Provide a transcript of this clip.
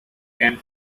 can